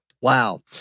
Wow